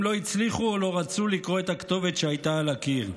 הם לא הצליחו או לא רצו לקרוא את הכתובת שהייתה על הקיר.